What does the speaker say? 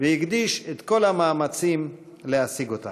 והקדיש את כל המאמצים להשיג אותם.